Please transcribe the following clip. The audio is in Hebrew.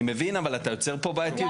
אני מבין, אבל אתה יוצר פה בעייתיות.